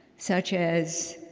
such as,